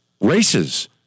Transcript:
races